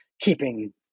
keeping